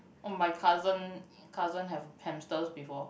oh my cousin cousin have hamsters before